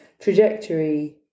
trajectory